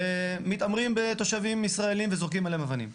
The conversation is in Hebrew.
מתעמרים בתושבים ישראלים וזורקים עליהם אבנים.